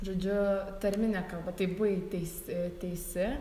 žodžiu tarminė kalba tai buvai teisi teisi